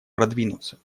продвинуться